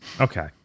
Okay